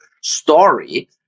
story